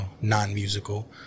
non-musical